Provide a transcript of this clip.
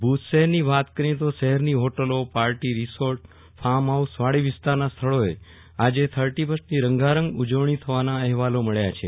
ભુજ શહેરની વાત કરીએ તો શહેરની હોટલો પાર્ટી રીસોર્ટો ફાર્મ ફાઉસ વાડી વિસ્તારના સ્થળોએ આજે થર્ટીફર્સ્ટની રંગારંગ ઉજવણી થવાના અહેવાલો મબ્યા છે